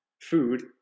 food